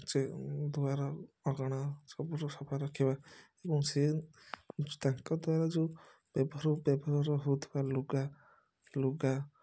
ସେ ଦୁଆର ଅଗଣା ସବୁକୁ ସଫା ରଖିବା ଏବଂ ସେ ତାଙ୍କ ଦ୍ୱାରା ଯେଉଁ ବ୍ୟବହୃତ ବ୍ୟବହାର ହେଉଥିବା ଲୁଗା ଲୁଗା